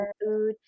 food